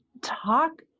talk